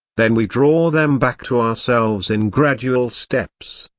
then we draw them back to ourselves in gradual steps.